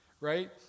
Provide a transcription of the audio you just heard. Right